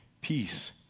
peace